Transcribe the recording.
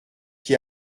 qui